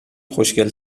خوشگل